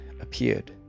appeared